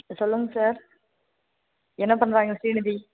சொல்லுங்கள் சார் என்ன பண்ணுறாங்க ஸ்ரீநிதி